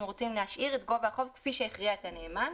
אנחנו רוצים להשאיר את זה "גובה החוב כפי שהכריע הנאמן",